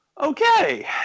Okay